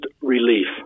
relief